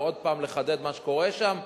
ועוד פעם לחדד מה שקורה שם.